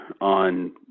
on